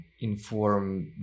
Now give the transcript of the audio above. inform